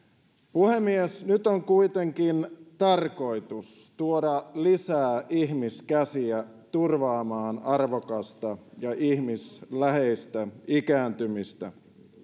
puhemies nyt on kuitenkin tarkoitus tuoda lisää ihmiskäsiä turvaamaan arvokasta ja ihmisläheistä ikääntymistä